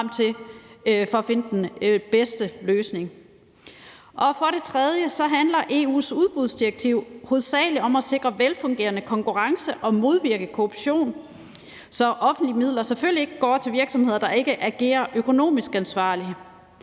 frem til, for at finde den bedste løsning. For det tredje handler EU's udbudsdirektiv hovedsagelig om at sikre velfungerende konkurrence og modvirke korruption, så offentlige midler selvfølgelig ikke går til virksomheder, der ikke agerer økonomisk ansvarligt.